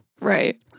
right